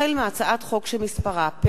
החל בהצעת חוק